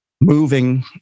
moving